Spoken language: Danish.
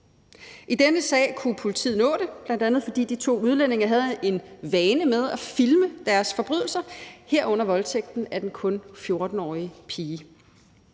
I denne sag kunne politiet nå det, bl.a. fordi de to udlændinge havde en vane med at filme deres forbrydelser, herunder voldtægten af den kun 14-årige pige.